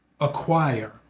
acquire